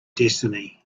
destiny